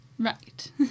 Right